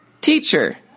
Teacher